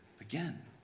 again